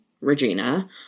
Regina